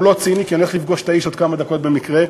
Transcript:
הוא נבחר לא רק כדי להעביר הודעות מהמטה לשטח,